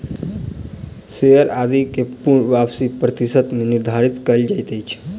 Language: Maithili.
शेयर आदि के पूर्ण वापसी प्रतिशत मे निर्धारित कयल जाइत अछि